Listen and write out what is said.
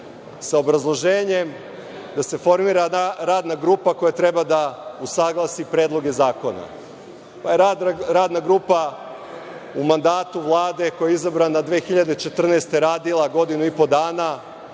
sa obrazloženjem da se formira radna grupa koja treba da usaglasi predloge zakona. Radna grupa u mandatu Vlade, koja je izabrana 2014. godine, radila je godinu i po dana,